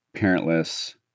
parentless